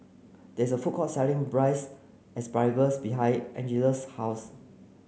there is a food court selling braised asparagus behind Angela's house